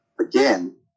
again